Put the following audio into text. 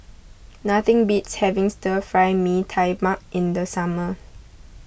nothing beats having Stir Fry Mee Tai Mak in the summer